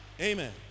Amen